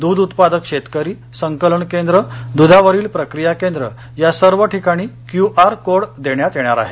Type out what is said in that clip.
दृध उत्पादक शेतकरी संकलन केंद्र दृधावरील प्रक्रिया केंद्र या सर्व ठिकाणी क्यूआर कोड देण्यात येणार आहे